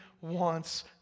wants